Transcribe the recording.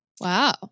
Wow